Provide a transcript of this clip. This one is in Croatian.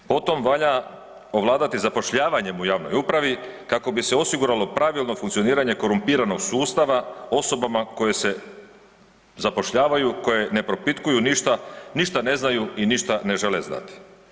Potom valja ovladavati zapošljavanjem u javnoj upravi kako bi se osiguralo pravilno funkcioniranje korumpiranog sustava osobama koje se zapošljavaju, koje ne propitkuju ništa, ništa ne znaju i ništa ne žele znati.